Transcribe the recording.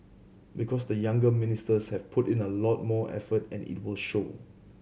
because the younger ministers have put in a lot more effort and it will show